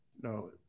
No